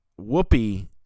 Whoopi